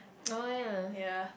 oh yea